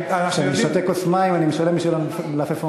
כשאני שותה כוס מים אני משלם בשביל המלפפון.